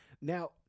now